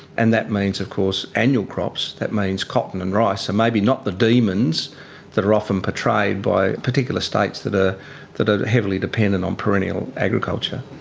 and that means of course annual crops, that means cotton and rice are maybe not the demons that are often portrayed by particular states that ah are heavily dependent on perennial agriculture.